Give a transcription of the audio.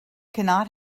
cannot